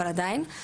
אבל עדיין.